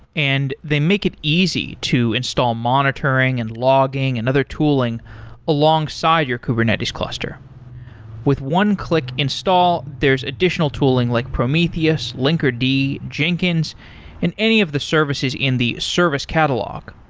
and they make it easy to install monitoring and logging and other tooling alongside your kubernetes cluster with one-click install, there's additional tooling like prometheus, linkerd, jenkins and any of the services in the service catalog.